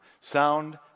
Sound